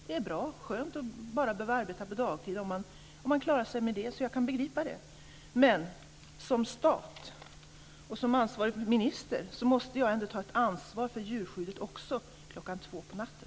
Det är bra, skönt, att bara behöva arbeta på dagtid om man klarar sig med det. Det kan jag begripa. Men staten och jag som ansvarig minister måste ta ett ansvar för djurskyddet också kl. 2 på natten.